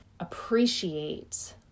appreciate